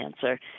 cancer